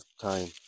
time